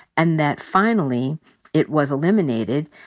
and that finally it was eliminated.